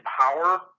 power